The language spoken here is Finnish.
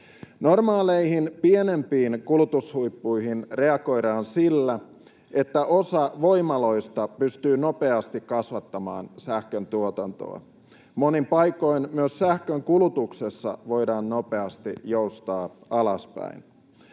Normaaleihin, pienempiin kulutushuippuihin reagoidaan sillä, että osa voimaloista pystyy nopeasti kasvattamaan sähköntuotantoa. Monin paikoin myös sähkön kulutuksessa voidaan nopeasti joustaa alaspäin.